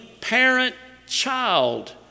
parent-child